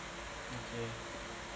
okay